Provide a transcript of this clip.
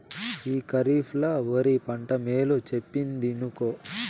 ఈ కరీఫ్ ల ఒరి పంట మేలు చెప్పిందినుకో